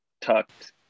tucked